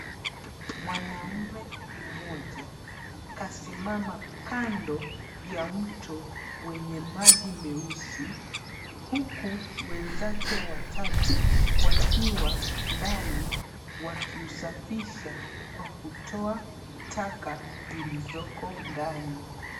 Mwanamume mmoja kasimama kando ya mto wenye maji meusi, huku wenzake watatu wakiwa ndani wakiusafisha kwa kutoa taka zilizoko ndani.